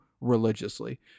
religiously